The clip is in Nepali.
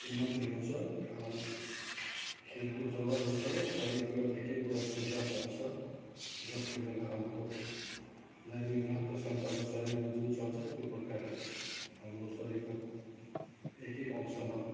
उन्नति ल्याउँछ कारण खेलकुद जब हुन्छ शरीरको एक एकवटा पुर्जा चल्छ जसले गर्दा हाम्रो दैनिक रक्त सञ्चालन शरीरमा जुन चल्छ त्यो प्रकारले हाम्रो शरीरको एक एक अंशमा